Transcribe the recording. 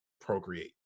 procreate